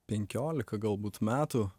penkiolika galbūt metų